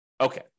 Okay